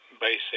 basic